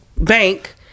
bank